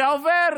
זה עובר